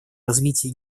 развитие